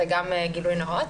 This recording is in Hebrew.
זה גם גילוי נאות.